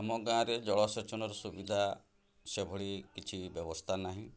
ଆମ ଗାଁରେ ଜଳସେଚନର ସୁବିଧା ସେଭଳି କିଛି ବ୍ୟବସ୍ଥା ନାହିଁ